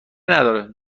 نداره